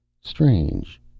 Strange